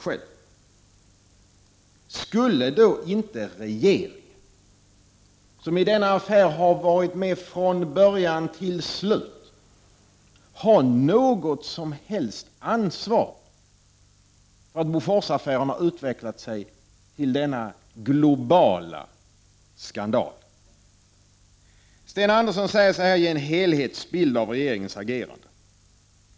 Skulle då inte regeringen — som i denna affär har varit med från början till slut — ha något som helst ansvar för att Boforsaffären har utvecklat sig till denna globala skandal? Sten Andersson säger sig här ge en ”helhetsbild” av regeringens agerande.